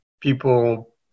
people